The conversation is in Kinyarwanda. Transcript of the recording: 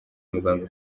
muganga